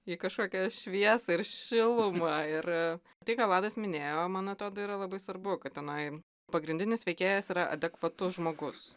į kažkokią šviesą ir šilumą ir tai ką vladas minėjo man atrodo yra labai svarbu kad tenai pagrindinis veikėjas yra adekvatus žmogus